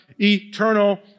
eternal